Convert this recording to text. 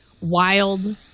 wild